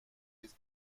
his